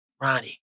Ronnie